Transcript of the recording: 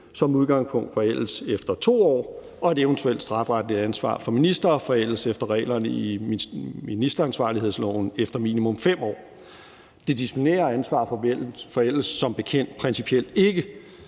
som udgangspunkt forældes efter 2 år og et eventuelt strafferetligt ansvar for ministre forældes efter reglerne i ministeransvarlighedsloven efter minimum 5 år. Det disciplinære ansvar forældes som bekendt principielt ikke.